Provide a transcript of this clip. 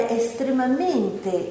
estremamente